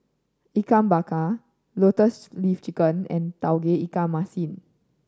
Ikan Bakar Lotus Leaf Chicken and Tauge Ikan Masin